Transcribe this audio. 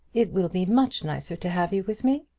it will be much nicer to have you with me.